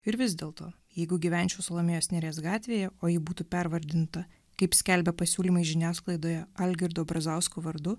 ir vis dėlto jeigu gyvenčiau salomėjos nėries gatvėje o ji būtų pervardinta kaip skelbia pasiūlymai žiniasklaidoje algirdo brazausko vardu